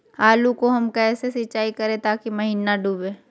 आलू को हम कैसे सिंचाई करे ताकी महिना डूबे?